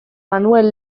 manuel